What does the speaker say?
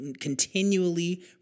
continually